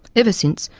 ever since,